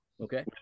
okay